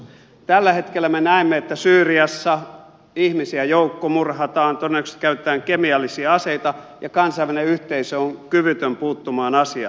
tällä hetkellä me näemme että syyriassa ihmisiä joukkomurhataan todennäköisesti käytetään kemiallisia aseita ja kansainvälinen yhteisö on kyvytön puuttumaan asiaan